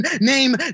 name